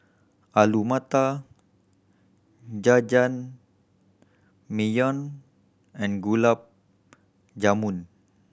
Alu Matar Jajangmyeon and Gulab Jamun